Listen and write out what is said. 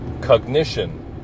cognition